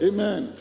Amen